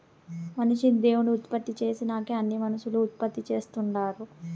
మనిషిని దేవుడు ఉత్పత్తి చేసినంకే అన్నీ మనుసులు ఉత్పత్తి చేస్తుండారు